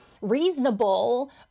reasonable